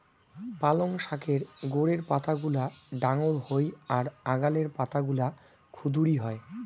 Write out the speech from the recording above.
পালঙ শাকের গোড়ের পাতাগুলা ডাঙর হই আর আগালের পাতাগুলা ক্ষুদিরী হয়